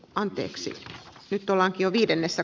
anteeksi nyt ollaan jo viidennessä